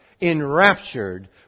enraptured